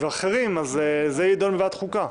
ואחרים שותפים, וזה יידון בוועדת החוקה.